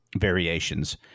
variations